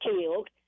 killed